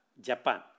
Japan